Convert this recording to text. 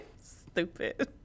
stupid